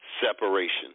separation